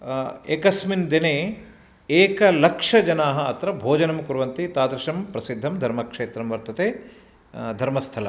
एकस्मिन् दिने एकलक्षजनाः अत्र भोजनं कुर्वन्ति तादृशं प्रसिद्धं धर्मक्षेत्रं वर्तते धर्मस्थलम्